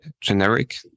generic